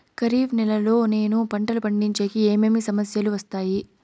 ఖరీఫ్ నెలలో నేను పంటలు పండించేకి ఏమేమి సమస్యలు వస్తాయి?